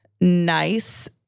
nice